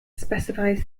specifies